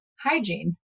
hygiene